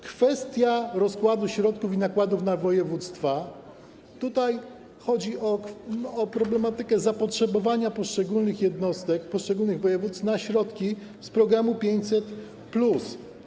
Kwestia rozkładu środków i nakładów na województwa - chodzi o problematykę zapotrzebowania poszczególnych jednostek, poszczególnych województw na środki z programu 500+.